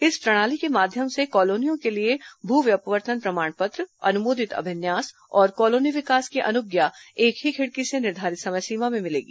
इस प्रणाली के माध्यम से कॉलोनियों के लिए भू व्यपवर्तन प्रमाण पत्र अनुमोदित अभिन्यास और कॉलोनी विकास की अनुज्ञा एक ही खिड़की से निर्धारित समय सीमा में मिलेगी